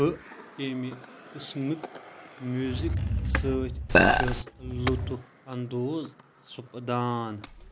بہٕ کَمہِ قٕسمٕکۍ میوٗزک سۭتۍ چھُس لُطف اندوز سپدان